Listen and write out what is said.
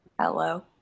Hello